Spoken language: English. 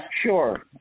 Sure